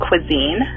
cuisine